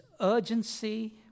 urgency